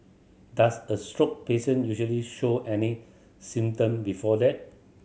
does a stroke patient usually show any symptom before that